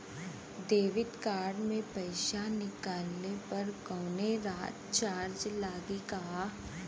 Debit card से पैसा निकलले पर कौनो चार्ज लागि का?